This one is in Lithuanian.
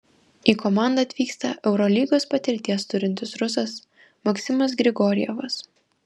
į komandą atvyksta eurolygos patirties turintis rusas maksimas grigorjevas